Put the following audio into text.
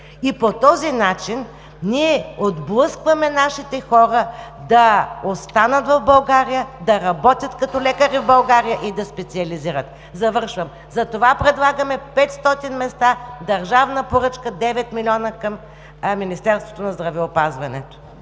и по този начин ние отблъскваме нашите хора да останат в България, да работят като лекари в България и да специализират. Затова предлагаме 500 места държавна поръчка – 9 милиона към Министерството на здравеопазването